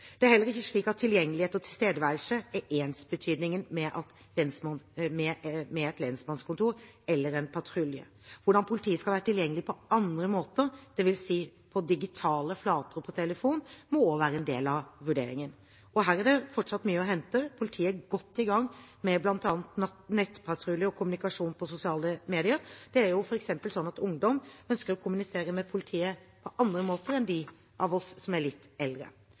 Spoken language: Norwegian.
Det er heller ikke slik at tilgjengelighet og tilstedeværelse er ensbetydende med et lensmannskontor eller en patrulje. Hvordan politiet skal være tilgjengelig på andre måter, dvs. på digitale flater og på telefon, må også være en del av vurderingen. Her er det fortsatt mye å hente. Politiet er godt i gang med bl.a. nettpatrulje og kommunikasjon på sosiale medier. Det er f.eks. slik at ungdom ønsker å kommunisere med politiet på andre måter enn dem av oss som er litt eldre,